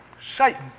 Satan